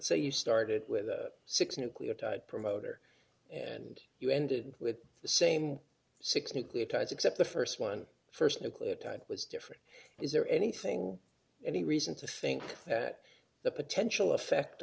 say you started with six nucleotide promoter and you ended with the same six nucleotides except the first one first nucleotide was different is there anything any reason to think that the potential effect